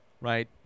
right